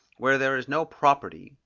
where there is no property,